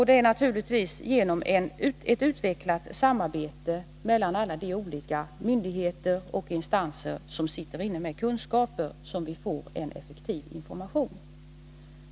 Det är naturligtvis genom ett utvecklat samarbete mellan alla de olika myndigheter och instanser som sitter inne med kunskaper som vi får en effektiv information.